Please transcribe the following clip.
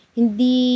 hindi